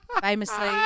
Famously